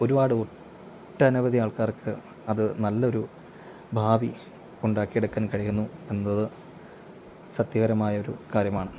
ഒരുപാട് ഒട്ടനവധി ആൾക്കാർക്ക് അത് നല്ലൊരു ഭാവി ഉണ്ടാക്കിയെടുക്കാൻ കഴിയുന്നു എന്നത് സത്യപരമായൊരു കാര്യമാണ്